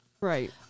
Right